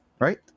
Right